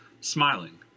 smiling